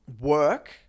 work